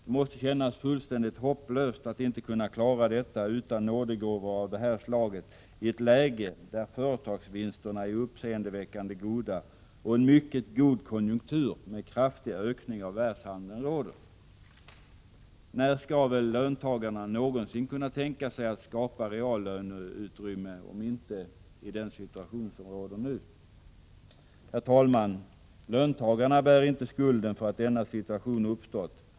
Det måste kännas fullständigt hopplöst att inte kunna klara detta utan nådegåvor av det här slaget i ett läge där företagsvinsterna är uppseendeväckande goda och en mycket god konjunktur med kraftig ökning av världshandeln råder. När skall väl löntagarna någonsin kunna tänka sig att skapa reallöneutrymme om inte i den situation som råder nu? Herr talman! Löntagarna bär inte skulden för att denna situation uppstått.